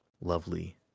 lovely